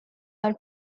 are